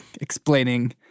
explaining